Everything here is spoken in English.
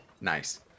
Nice